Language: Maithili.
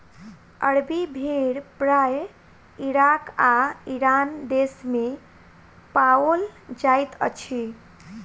अरबी भेड़ प्रायः इराक आ ईरान देस मे पाओल जाइत अछि